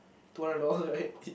two hundred dollar right